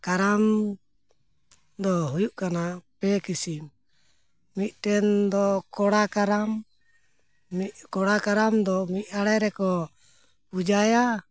ᱠᱟᱨᱟᱢ ᱫᱚ ᱦᱩᱭᱩᱜ ᱠᱟᱱᱟ ᱯᱮ ᱠᱤᱥᱤᱢ ᱢᱤᱫᱴᱮᱱ ᱫᱚ ᱠᱚᱲᱟ ᱠᱟᱨᱟᱢ ᱢᱤᱫ ᱠᱚᱲᱟ ᱠᱟᱨᱟᱢ ᱫᱚ ᱢᱤᱫ ᱟᱲᱮ ᱨᱮᱠᱚ ᱯᱩᱡᱟᱹᱭᱟ